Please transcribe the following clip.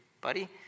buddy